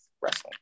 wrestling